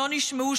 שלא נשמעו,